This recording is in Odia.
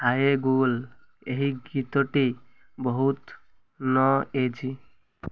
ହାଏ ଗୁଗୁଲ୍ ଏହି ଗୀତଟି ବହୁତ ନଏଜି